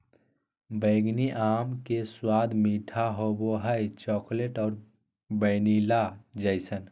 बैंगनी आम के स्वाद मीठा होबो हइ, चॉकलेट और वैनिला जइसन